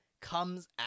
comes